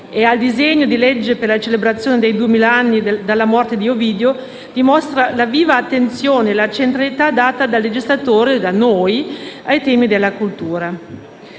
e al disegno di legge per la celebrazione dei duemila anni dalla morte di Ovidio, dimostra la viva attenzione e la centralità data dal legislatore, da noi, ai temi della cultura.